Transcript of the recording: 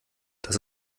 das